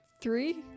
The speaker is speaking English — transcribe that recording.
Three